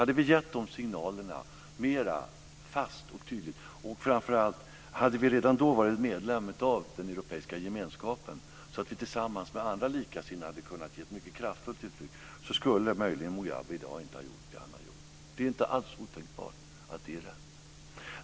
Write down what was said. Hade vi gett de signalerna mer tydligt, och hade vi framför allt redan då varit medlemmar av den europeiska gemenskapen så att vi tillsammans med andra likasinnade hade kunnat ge uttryck för detta mycket kraftfullt, skulle Mugabe möjligen inte ha gjort det han gjorde. Det är inte alls otänkbart att det är rätt.